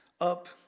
up